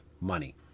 money